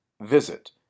Visit